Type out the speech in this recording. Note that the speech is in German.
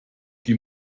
die